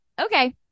Okay